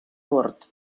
bord